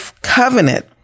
covenant